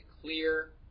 clear